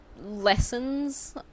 lessons